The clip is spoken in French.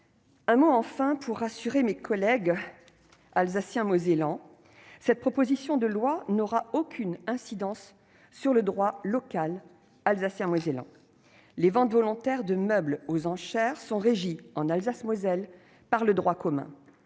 je tiens à rassurer mes collègues alsaciens-mosellans : cette proposition de loi n'aura aucune incidence sur le droit local. En Alsace-Moselle, les ventes volontaires de meubles aux enchères sont régies par le droit commun.